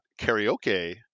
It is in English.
karaoke